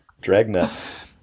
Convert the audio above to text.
dragnet